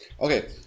okay